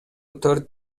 төрт